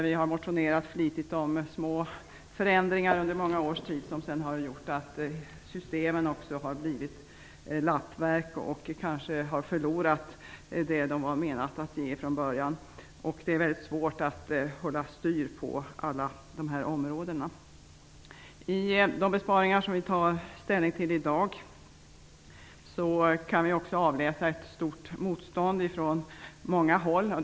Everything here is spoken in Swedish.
Vi har motionerat flitigt om små förändringar under många års tid. Det har sedan gjort att systemen också har blivit lappverk. Det som de från början varit menade att ge har kanske gått förlorat. Det är väldigt svårt att hålla styr på alla de här områdena. Vi kan också avläsa ett stort motstånd från många håll när det gäller de besparingar som vi tar ställning till i dag.